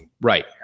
Right